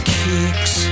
kicks